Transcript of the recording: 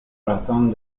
razón